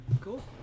Cool